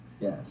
Yes